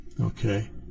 okay